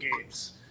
games